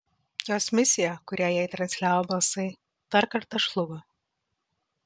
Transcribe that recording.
jos misija kurią jai transliavo balsai dar kartą žlugo